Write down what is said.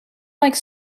like